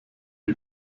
die